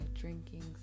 drinking